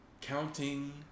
counting